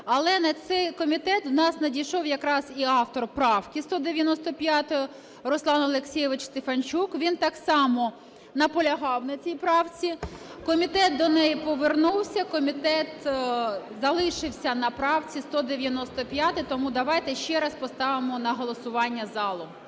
Але на цей комітет в нас надійшов якраз і автор правки 195, Руслан Олексійович Стефанчук, він так само наполягав на цій правці. Комітет до неї повернувся. Комітет залишився на правці 195. Тому давайте ще раз поставимо на голосування залу.